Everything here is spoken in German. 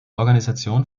organisation